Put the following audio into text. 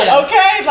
okay